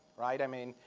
right? i mean,